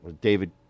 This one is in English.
David